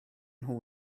nhw